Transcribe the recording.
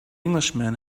englishman